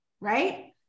Right